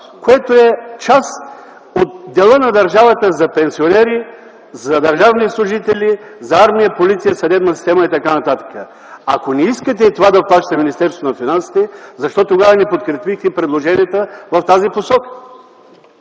което е част от дела на държавата за пенсионери, за държавни служители, за армия, полиция, съдебна система и т.н. Ако не искате това да плаща Министерството на финансите, защо тогава не подкрепихте предложенията в тази посока?